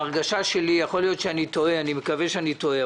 ההרגשה שלי ואני מקווה שאני טועה,